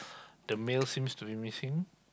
the male seems to be missing